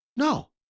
No